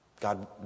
God